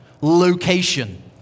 location